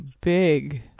big